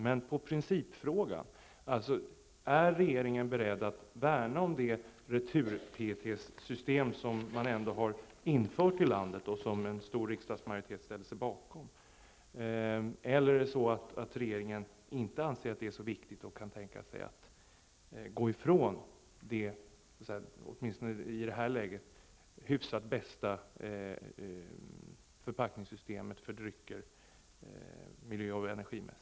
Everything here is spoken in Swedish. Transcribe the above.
Men han borde kunna svara på principfrågan: Är regeringen beredd att värna om det retur-PET-system som ändå har införts i landet och som en stor riksdagsmajoritet ställt sig bakom? Eller anser regeringen att detta inte är så viktigt och kan tänka sig att gå ifrån det i detta läge bästa och något så när hyfsade förpackningssystemet för drycker ur miljö och energisynpunkt?